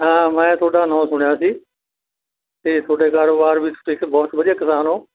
ਹਾਂ ਮੈਂ ਤੁਹਾਡਾ ਨਾਂ ਸੁਣਿਆ ਸੀ ਅਤੇ ਤੁਹਾਡੇ ਕਾਰੋਬਾਰ ਵਿੱਚ ਤੁਸੀਂ ਇੱਕ ਬਹੁਤ ਵਧੀਆ ਕਿਸਾਨ ਹੋ